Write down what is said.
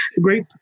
great